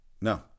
No